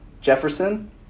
Jefferson